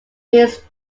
means